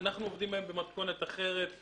אנחנו עובדים היום במתכונת אחרת,